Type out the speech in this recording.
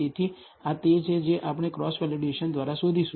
તેથી આ તે છે જે આપણે ક્રોસ વેલિડેશન દ્વારા શોધીશું